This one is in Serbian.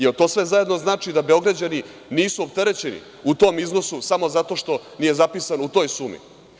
Jel to sve zajedno znači da Beograđani nisu opterećeni u tom iznosu samo zato što je zapisano u toj sumi?